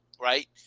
right